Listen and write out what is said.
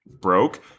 broke